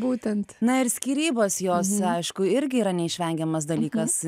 būtent na ir skyrybos jos aišku irgi yra neišvengiamas dalykas